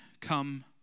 come